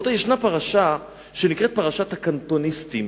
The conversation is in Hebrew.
יש פרשה שנקראת פרשת הקנטוניסטים.